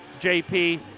JP